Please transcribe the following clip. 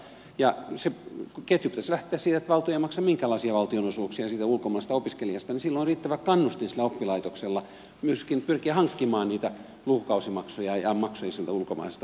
ja sen ketjun pitäisi lähteä siitä että valtio ei maksa minkäänlaisia valtionosuuksia siitä ulkomaalaisesta opiskelijasta niin on riittävä kannustin sillä oppilaitoksella myöskin pyrkiä hankkimaan niitä lukukausimaksuja ja maksuja siltä ulkomaiselta opiskelijalta